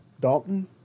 Dalton